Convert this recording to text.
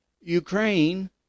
Ukraine